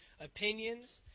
opinions